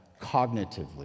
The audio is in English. cognitively